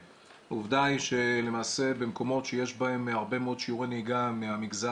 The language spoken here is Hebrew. העובדה היא שלמעשה שבמקומות שיש בהם הרבה מאוד שיעורי נהיגה מהמגזר